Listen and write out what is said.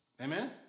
Amen